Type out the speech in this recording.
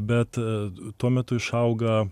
bet tuo metu išauga